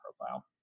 profile